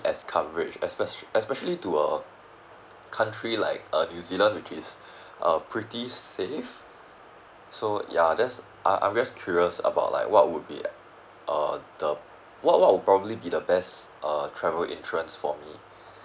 as coverage especial~ especially to uh country like uh new zealand which is uh pretty safe so ya that's I'm just curious about like what would be uh uh the what what would probably be the best uh travel insurance for me